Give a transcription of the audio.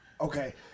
Okay